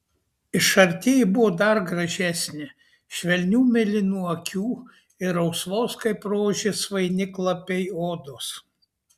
iš arti ji buvo dar gražesnė švelnių mėlynų akių ir rausvos kaip rožės vainiklapiai odos